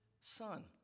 son